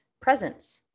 presence